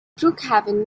brookhaven